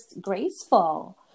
graceful